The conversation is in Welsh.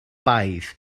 baedd